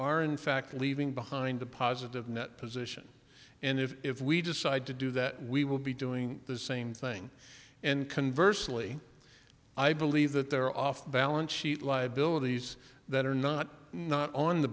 are in fact leaving behind a positive net position and if we decide to do that we will be doing the same thing and converse lee i believe that they're off balance sheet liabilities that are not not on the